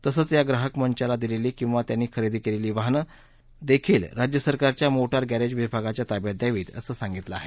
तसंच या ग्राहक मंचाला दिलेली किंवा त्यांनी खरेदी केलेली वाहनं देखील राज्य सरकारच्या मोटार गॅरेज विभागाच्या ताब्यात द्यावीत असंही सांगितलं आहे